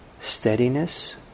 steadiness